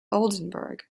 oldenburg